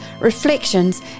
reflections